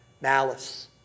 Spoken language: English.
malice